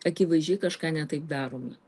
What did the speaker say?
akivaizdžiai kažką ne taip darome